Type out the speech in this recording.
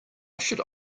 should